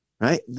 Right